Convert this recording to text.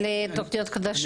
לתוכניות חדשות?